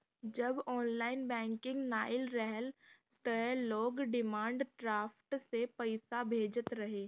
जब online banking नाइ रहल तअ लोग डिमांड ड्राफ्ट से पईसा भेजत रहे